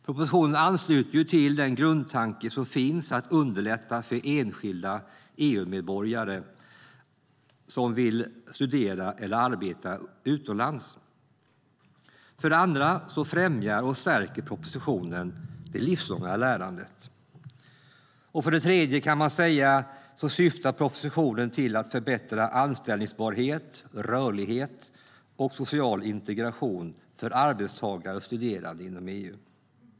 Propositionen ansluter till grundtanken som finns att underlätta för enskilda EU-medborgare som vill studera eller arbeta utomlands. För det andra främjar och stärker propositionen det livslånga lärandet. För det tredje syftar propositionen till att förbättra anställbarhet, rörlighet och social integration för arbetstagare och studerande inom EU.